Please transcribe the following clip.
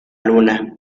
luna